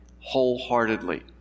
wholeheartedly